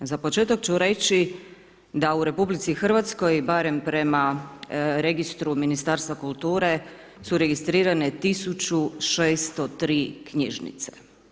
Za početak ću reći da u RH, barem prema registru Ministarstva kulture su registrirane 1603 knjižnice.